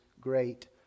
great